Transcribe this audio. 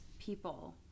people